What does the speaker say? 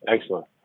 Excellent